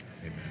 Amen